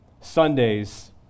Sundays